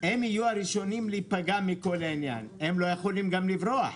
הם יהיו הראשונים להיפגע, הם גם לא יכולים לברוח.